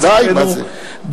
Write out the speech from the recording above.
לצערנו,